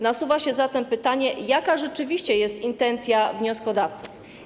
Nasuwa się zatem pytanie, jaka rzeczywiście jest intencja wnioskodawców.